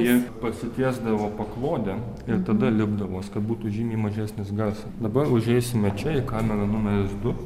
jie pasitiesdavo paklodėm ir tada lipdavo kad būtų žymiai mažesnis garsas dabar užeisime čia į kamerą numeris du